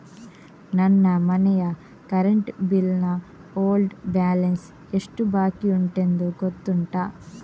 ನನ್ನ ಮನೆಯ current bill ನ ಓಲ್ಡ್ ಬ್ಯಾಲೆನ್ಸ್ ಎಷ್ಟು ಬಾಕಿಯುಂಟೆಂದು ಗೊತ್ತುಂಟ?